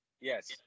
Yes